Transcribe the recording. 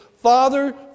Father